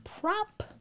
prop